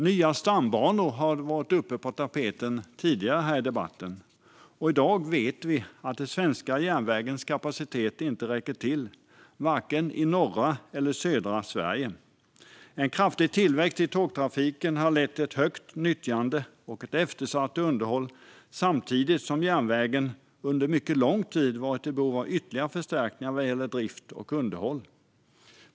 Nya stambanor har varit på tapeten tidigare här i debatten. I dag vet vi att den svenska järnvägens kapacitet inte räcker till i vare sig norra eller södra Sverige. En kraftig tillväxt i tågtrafiken har lett till ett högt nyttjande och ett eftersatt underhåll, samtidigt som järnvägen under mycket lång tid varit i behov av ytterligare förstärkningar vad gäller drift och underhåll.